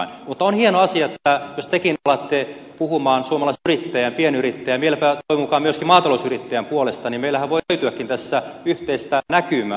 mutta on hieno asia jos tekin alatte puhua suomalaisen yrittäjän pienyrittäjän vieläpä toivon mukaan myöskin maatalousyrittäjän puolesta niin meillähän voi löytyäkin tässä yhteistä näkymää